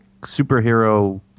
superhero